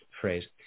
phrase